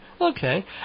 Okay